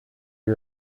who